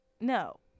no